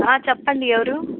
చెప్పండి ఎవరు